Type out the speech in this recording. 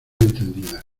entendida